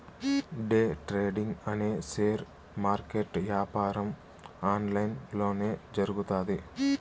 day trading అనే share market యాపారం online లొనే జరుగుతాది